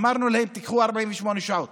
אמרנו להם: תיקחו 48 שעות